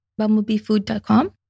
bumblebeefood.com